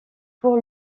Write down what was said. pour